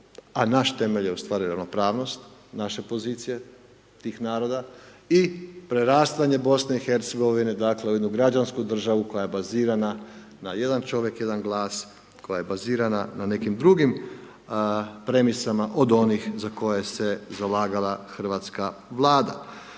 a naš temelj je ustvari ravnopravnost, naše pozicije tih naroda i prerastanje BIH dakle, u jednu građansku državu koja je bazirana na jedan čovjek jedan glas, koja je bazirana na nekim drugim premisama od onih za koje se zalagala hrvatska Vlada.